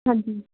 ਹਾਂਜੀ